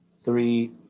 three